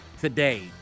today